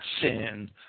sin